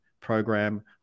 program